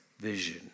vision